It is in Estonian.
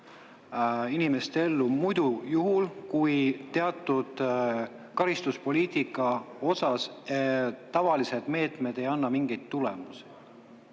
inimeste ellu muidu, kui teatud karistuspoliitika osas tavalised meetmed ei anna mingeid tulemusi.